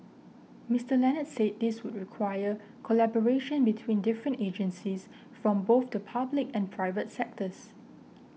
Mister Leonard said this would require collaboration between different agencies from both the public and private sectors